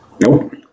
Nope